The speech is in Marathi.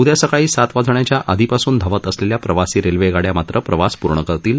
उदया सकाळी सात वाजेच्या आधीपासून धावत असलेल्या प्रवासी रेल्वेगाड्या मात्र प्रवास पूर्ण करतील